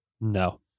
No